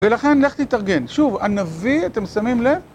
ולכן לך תתארגן. שוב, הנביא, אתם שמים לב?